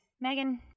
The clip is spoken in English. Megan